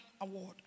award